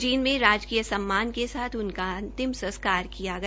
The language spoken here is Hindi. जींद में राजकीय सम्मान के साथ उनका अंतिम संस्कार किया गया